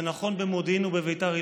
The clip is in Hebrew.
זה נכון במודיעין ובביתר עילית,